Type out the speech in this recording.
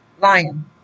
lion